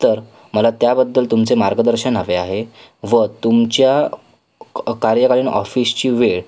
तर मला त्याबद्दल तुमचे मार्गदर्शन हवे आहे व तुमच्या कार्यकालीन ऑफिसची वेळ